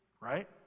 right